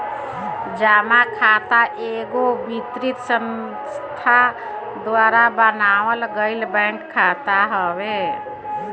जमा खाता एगो वित्तीय संस्था द्वारा बनावल गईल बैंक खाता हवे